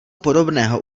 podobného